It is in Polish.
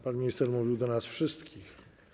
Pan minister mówił do nas wszystkich.